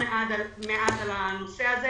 מעט בנושא הזה.